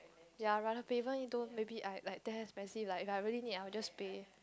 ya I rather pay even though maybe I damn expensive like if I really need I will just pay